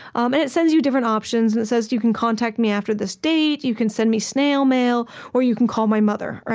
um and it sends you different options, and it says you can contact me after this date, you can send me snail mail, or you can call my mother. and